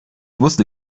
wusste